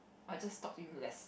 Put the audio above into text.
I'll just talk to him less